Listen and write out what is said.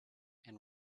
and